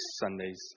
Sunday's